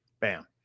bam